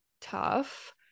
tough